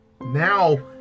Now